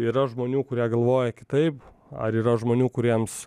yra žmonių kurie galvoja kitaip ar yra žmonių kuriems